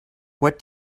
what